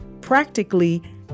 practically